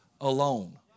alone